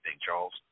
Charles